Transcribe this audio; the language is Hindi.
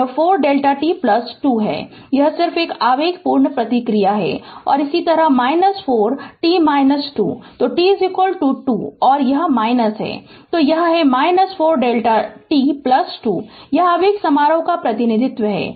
यह 4 Δ t 2 है यह सिर्फ एक आवेगपूर्ण प्रतिक्रिया है और इसी तरह - 4 t - 2 तो t 2और यह है तो यह है 4 Δ t 2 यह आवेग समारोह का प्रतिनिधित्व है